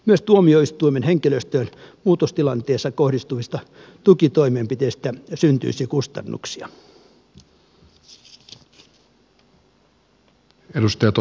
myös tuomioistuimen henkilöstöön muutostilanteessa kohdistuvista tukitoimenpiteistä syntyisi kustannuksia